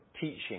teaching